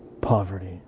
poverty